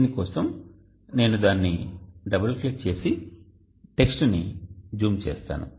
దీనికోసం నేను దానిని డబుల్ క్లిక్ చేసి టెక్స్ట్ని జూమ్ చేస్తాను